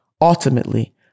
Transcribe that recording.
Ultimately